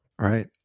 Right